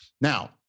now